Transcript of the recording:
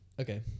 okay